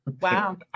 Wow